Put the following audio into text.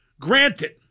Granted